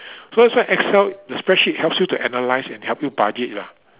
so that's why Excel the spreadsheet helps you to analyse and help you budget lah